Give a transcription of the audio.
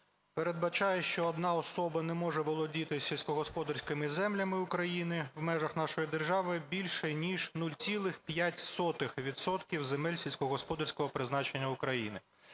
передбачає, що одна особа не може володіти сільськогосподарськими землями України в межах нашої держави більше ніж 0,05 відсотків земель сільськогосподарського призначення України.